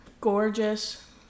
Gorgeous